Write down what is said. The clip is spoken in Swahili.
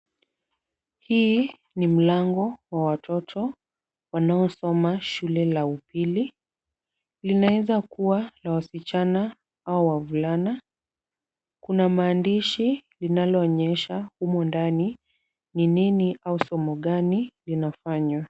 Hii ni mlango wa watoto, wanaosoma shule la upili. Linaweza kuwa la wasichana au wavulana. Kuna maandishi linaloonyesha huku ndani ni nini au somo gani linafanywa.